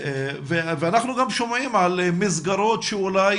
אנחנו גם שומעים על מסגרות שיש